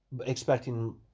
expecting